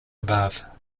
above